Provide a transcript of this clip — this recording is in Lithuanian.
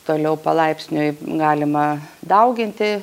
toliau palaipsniui galima dauginti